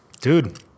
Dude